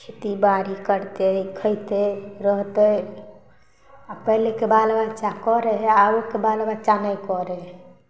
खेतीबाड़ी करतै खयतै रहतै आ पहिलेके बालबच्चा करै हइ आबके बाल बच्चा नहि करै हइ